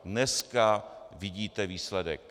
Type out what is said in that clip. Dneska vidíte výsledek.